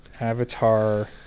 Avatar